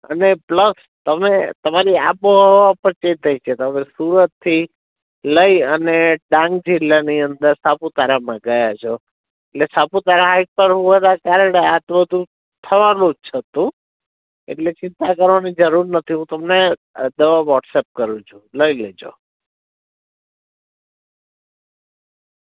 અને પ્લસ તમે તમારી આબોહવા પણ ચેન્જ થઈ છે તમે સુરતથી લઈ અને ડાંગ જિલ્લાની અંદર સાપુતારામાં ગયા છો એટલે સાપુતારા હાઈટ પર હોવાના કારણે આ તો બધું થવાનું જ હતું એટલે ચિંતા કરવાની જરૂર નથી હું તમને દવા વ્હોટ્સઅપ કરું છું લઈ લેજો